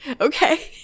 okay